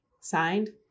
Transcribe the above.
Signed